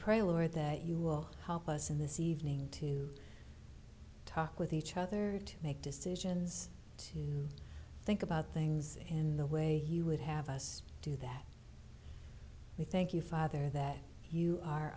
pray lord that you will help us in this evening to talk with each other to make decisions to think about things in the way you would have us do that we thank you father that you are